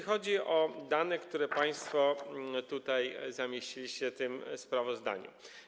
Chodzi o dane, które państwo tutaj zamieściliście w tym sprawozdaniu.